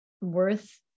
worth